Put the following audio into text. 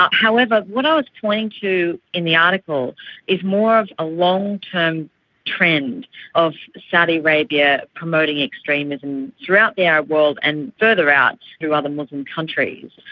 however what i was pointing to in the article is more of a long-term trend of saudi arabia promoting extremism throughout the arab world and further out through other muslim countries.